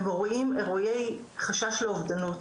הם רואים אירועי חשש לאובדות,